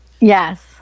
Yes